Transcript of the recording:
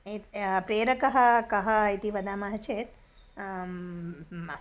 ये या प्रेरकः कः इति वदामः चेत्